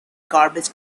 garbage